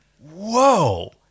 Whoa